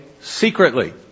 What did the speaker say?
secretly